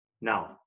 now